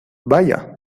vaya